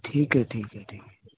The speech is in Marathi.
ठीक आहे ठीक आहे ठीक आहे